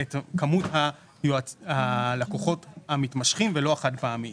את כמות הלקוחות המתמשכים ולא החד פעמיים.